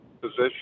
position